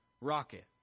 rocket